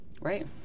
Right